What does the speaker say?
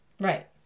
Right